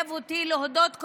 מחייב אותי להודות,